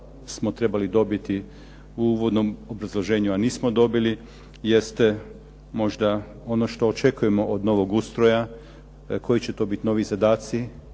smo trebali dobiti u uvodnom obrazloženju, a nismo dobili jeste možda ono što očekujemo od novog ustroja, koji će to biti novi zadaci,